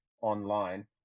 online